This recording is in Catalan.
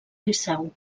liceu